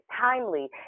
timely